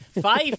Five